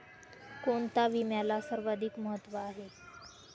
कोणता विम्याला सर्वाधिक महत्व आहे?